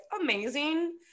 amazing